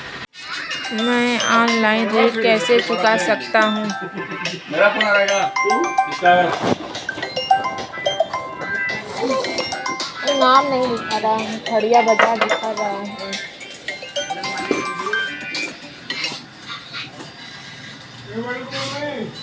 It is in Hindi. मैं ऑफलाइन ऋण कैसे चुका सकता हूँ?